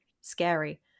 scary